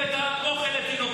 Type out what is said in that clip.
לחטופים לא מחלקים את זה.